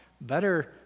better